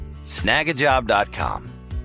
Snagajob.com